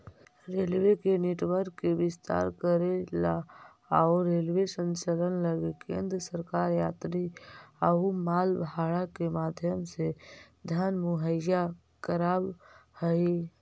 railway के network के विस्तार करेला अउ रेलवे संचालन लगी केंद्र सरकार यात्री अउ माल भाड़ा के माध्यम से धन मुहैया कराव हई